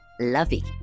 lovey